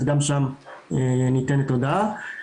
אז גם שם ניתנת הודעה.